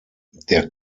der